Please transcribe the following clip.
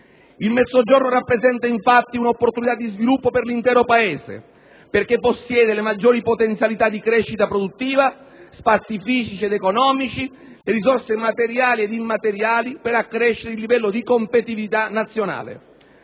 Il Mezzogiorno rappresenta, infatti, un'opportunità di sviluppo per l'intero Paese, perché possiede maggiori potenzialità di crescita produttiva, spazi fisici ed economici, risorse materiali ed immateriali per accrescere il livello di competitività nazionale.